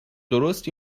درست